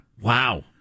Wow